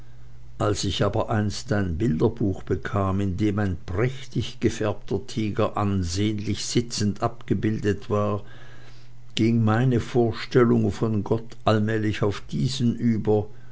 als ich aber einst ein bilderbuch bekam in dem ein prächtig gefärbter tiger ansehnlich dasitzend abgebildet war ging meine vorstellung von gott allmählich auf diesen über